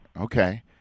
Okay